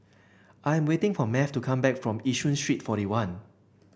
I'm waiting for Math to come back from Yishun Street Forty one